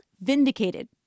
vindicated